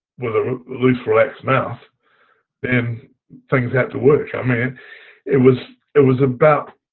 with a loose relaxed mouth then things had to work. i mean it was it was about